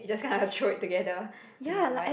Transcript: just kind of throw it together and like what